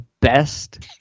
best